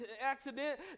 accident